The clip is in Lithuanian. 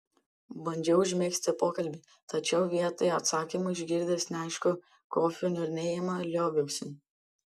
bandžiau užmegzti pokalbį tačiau vietoje atsakymų išgirdęs neaiškų kofio niurnėjimą lioviausi